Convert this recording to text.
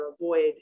avoid